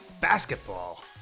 Basketball